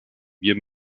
wir